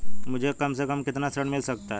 मुझे कम से कम कितना ऋण मिल सकता है?